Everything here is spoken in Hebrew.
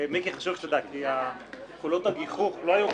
מיקי, חשוב שתדע כי קולות הגיחוך לא היו כלפיך.